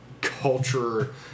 culture